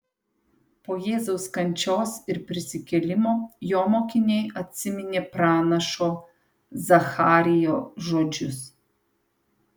po jėzaus kančios ir prisikėlimo jo mokiniai atsiminė pranašo zacharijo žodžius